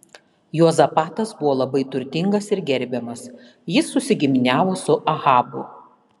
juozapatas buvo labai turtingas ir gerbiamas jis susigiminiavo su ahabu